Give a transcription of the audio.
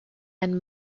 and